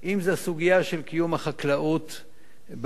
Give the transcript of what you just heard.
אם זו הסוגיה של קיום החקלאות בשביעית,